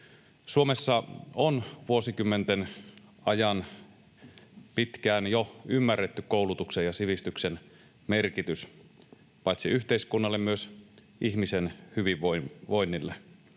Suomessa on vuosikymmenten ajan, pitkään jo, ymmärretty koulutuksen ja sivistyksen merkitys paitsi yhteiskunnalle myös ihmisen hyvinvoinnille.